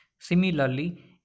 similarly